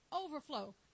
Overflow